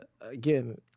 again